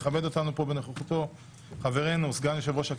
בקשה, אורית.